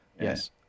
Yes